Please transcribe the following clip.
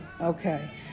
Okay